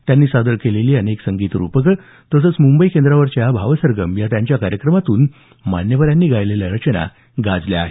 त्यांनी सादर केलेली अनेक संगीत रुपकं तसंच मुंबई केंद्रावरच्या भावसरगम या त्यांच्या कार्यक्रमातून मान्यवरांनी गायलेल्या रचना गाजल्या आहेत